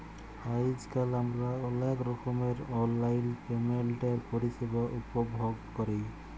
আইজকাল আমরা অলেক রকমের অললাইল পেমেল্টের পরিষেবা উপভগ ক্যরি